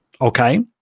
okay